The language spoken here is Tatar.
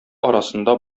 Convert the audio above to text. арасында